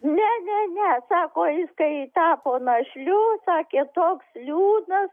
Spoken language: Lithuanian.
ne ne ne sako jis kai tapo našliu sakė toks liūdnas